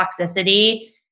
toxicity